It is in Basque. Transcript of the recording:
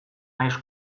nahiz